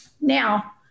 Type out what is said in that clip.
Now